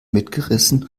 mitgerissen